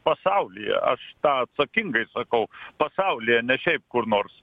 pasaulyje aš tą atsakingai sakau pasaulyje ne šiaip kur nors